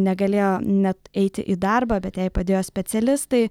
negalėjo net eiti į darbą bet jai padėjo specialistai